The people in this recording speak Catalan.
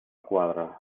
quadra